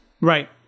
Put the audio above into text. Right